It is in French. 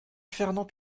fernand